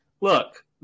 look